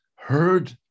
heard